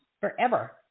forever